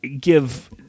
give